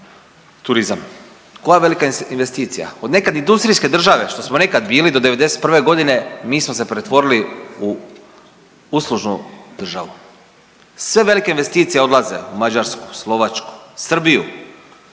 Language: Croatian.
turizam. Koja velika investicija? Od nekad industrijske države što smo nekad bili do '91. godine mi smo se pretvorili u uslužnu državu. Sve velike investicije odlaze u Mađarsku, Slovačku, Srbiju,